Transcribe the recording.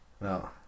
no